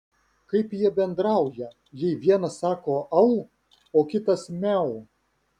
kaip jie bendrauja jei vienas sako au o kitas miau